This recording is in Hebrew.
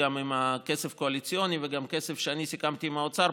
עם כסף קואליציוני וגם עם כסף שאני סיכמתי עם האוצר.